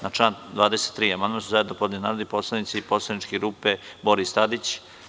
Na član 23. amandman su zajedno podneli narodni poslanici poslaničke grupe Boris Tadić.